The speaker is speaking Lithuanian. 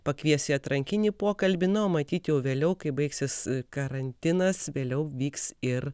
pakvies į atrankinį pokalbį nao matyt jau vėliau kai baigsis karantinas vėliau vyks ir